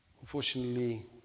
unfortunately